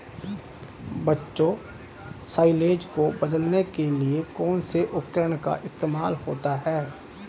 बच्चों साइलेज को बदलने के लिए कौन से उपकरण का इस्तेमाल होता है?